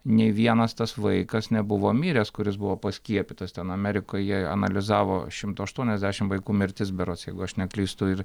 nei vienas tas vaikas nebuvo miręs kuris buvo paskiepytas ten amerikoj jie analizavo šimto aštuoniasdešimt vaikų mirtis berods jeigu aš neklystu ir